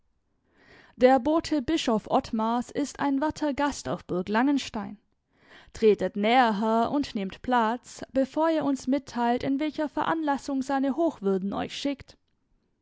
der bote bischof ottmars ist ein werter gast auf burg langenstein tretet näher herr und nehmt platz bevor ihr uns mitteilt in welcher veranlassung seine hochwürden euch schickt